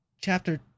chapter